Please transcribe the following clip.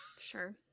Sure